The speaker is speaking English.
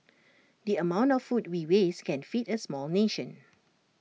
the amount of food we waste can feed A small nation